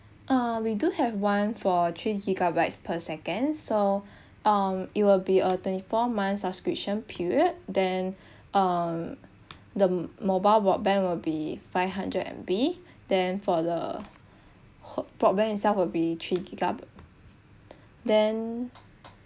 err we do have one for three gigabytes per second so um it will be a twenty four months subscription period then um the mobile broadband will be five hundred M_B then for the hot broadband itself will be three gigabyte then